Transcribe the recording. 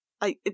I-